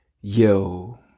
Yo